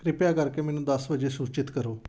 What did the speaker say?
ਕਰਿਪਿਆ ਕਰਕੇ ਮੈਨੂੰ ਦਸ ਵਜੇ ਸੂਚਿਤ ਕਰੋ